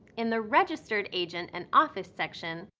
in the registered agent and office section,